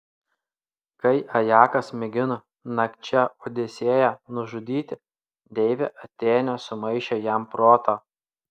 kai ajakas mėgino nakčia odisėją nužudyti deivė atėnė sumaišė jam protą